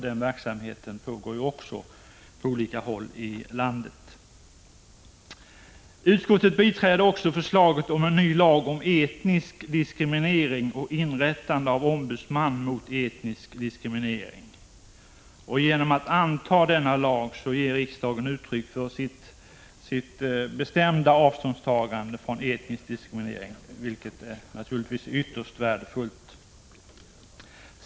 Denna verksamhet pågår också på olika håll i landet. Utskottet biträder också förslaget om en ny lag mot etnisk diskriminering och om inrättandet av en ombudsman mot etnisk diskriminering. Genom att anta denna lag ger riksdagen uttryck för sitt bestämda avståndstagande från etnisk diskriminering, vilket naturligtvis är ytterst värdefullt.